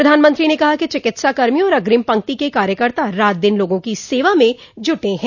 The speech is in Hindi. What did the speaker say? प्रधानमंत्री ने कहा कि चिकित्सा कर्मी और अग्रिम पंक्ति के कार्यकर्ता रात दिन लोगों की सेवा में जूटे हैं